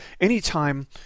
Anytime